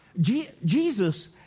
Jesus